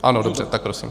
Ano, dobře, tak prosím.